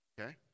okay